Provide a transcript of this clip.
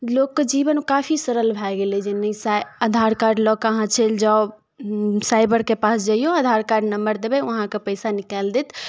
लोकके जीवन काफी सरल भऽ गेलै जिनगी आधार कार्ड लऽ कऽ अहाँ चलि जाउ साइबरके पास जइयो आधार कार्ड नम्बर देबै ओ अहाँके पैसा निकालि देत